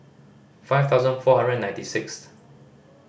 five thousand four hundred and ninety sixth